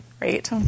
right